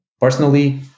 personally